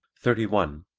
thirty one.